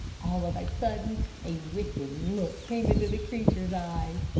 all of a sudden a wicked look came into the creature's eyes.